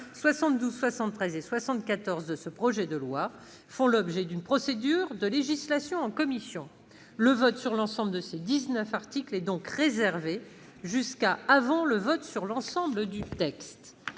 72, 73 et 74 -de ce projet de loi font l'objet d'une procédure de législation en commission. Le vote sur l'ensemble de ces articles est donc réservé jusqu'avant le vote sur l'ensemble du texte.